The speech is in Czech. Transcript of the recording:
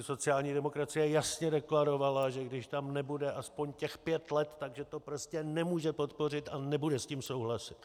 Sociální demokracie jasně deklarovala, že když tam nebude aspoň těch pět let, že to prostě nemůže podpořit a nebude s tím souhlasit.